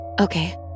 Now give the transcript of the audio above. Okay